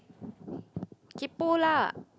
kaypoh lah